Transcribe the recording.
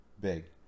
big